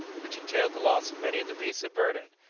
which entailed the loss of many of the beasts of burden,